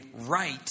right